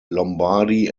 lombardy